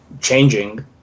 changing